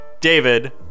David